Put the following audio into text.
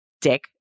Dick